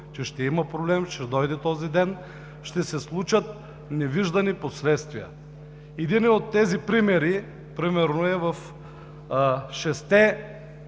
ще има проблем – че ще дойде този ден, ще се случат невиждани последствия. Един от тези примери е в шестте